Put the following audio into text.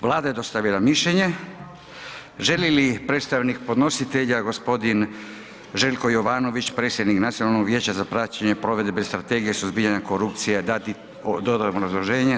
Vlada je dostavila mišljenje, želi li predstavnik podnositelja, g. Željko Jovanović, predsjednik Nacionalnog vijeća za praćenje provedbe Strategije suzbijanja korupcije dati dodatno obrazloženje?